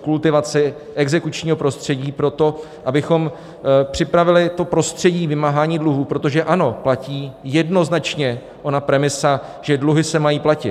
kultivaci exekučního prostředí, pro to, abychom připravili prostředí vymáhání dluhů, protože platí jednoznačně ona premisa, že dluhy se mají platit.